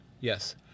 Yes